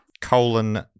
colon